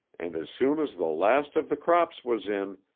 and as soon as the last of the crops was in,